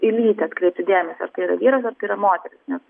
į lytį atkreipti dėmesį ar tai yra vyras ar tai yra moteris nes